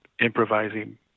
improvising